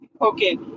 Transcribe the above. okay